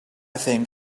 think